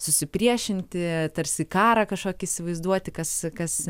susipriešinti tarsi karą kažkokį įsivaizduoti kas kas